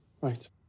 Right